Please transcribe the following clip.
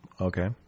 Okay